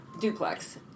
duplex